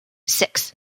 six